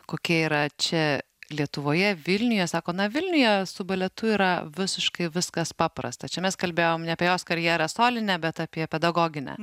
kokie yra čia lietuvoje vilniuje sako na vilniuje su baletu yra visiškai viskas paprasta čia mes kalbėjom ne apie jos karjera solinę bet apie pedagoginę